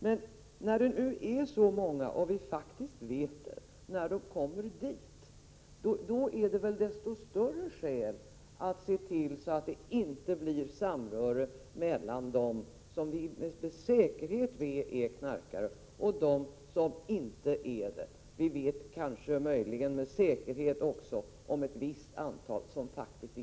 Men när det nu är så många och vi faktiskt vet det när de kommer dit, då finns det väl desto större skäl att se till att det inte blir något samröre mellan dem som vi med säkerhet vet är knarkare och dem som inte är det. Vi vet möjligen också med säkerhet att ett visst antal inte är knarkare.